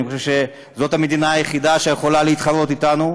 אני חושב שזאת המדינה היחידה שיכולה להתחרות בנו,